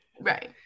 right